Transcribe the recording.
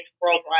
worldwide